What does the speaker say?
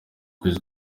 kwezi